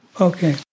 Okay